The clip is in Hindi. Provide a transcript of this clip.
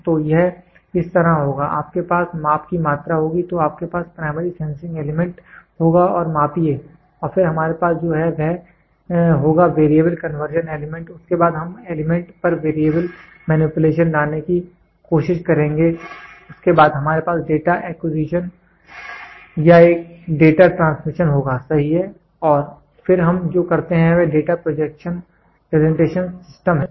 तो यह इस तरह होगा आपके पास माप की मात्रा होगी तो आपके पास प्राइमरी सेनसिंग एलिमेंट होगा उसे मापिए और फिर हमारे पास जो है वह होगा वेरिएबल कन्वर्जन एलिमेंट उसके बाद हम एलिमेंट पर वेरिएबल मैनिपुलेशन लाने की कोशिश करेंगे उसके बाद हमारे पास डेटा एक्विजिशन या एक डेटा ट्रांसमिशन होगा सही है और फिर हम जो करते हैं वह डेटा प्रेजेंटेशन सिस्टम है